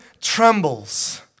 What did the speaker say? trembles